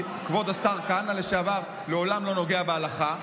כי כבוד השר לשעבר כהנא לעולם לא נוגע בהלכה,